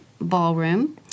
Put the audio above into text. Ballroom